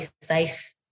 safe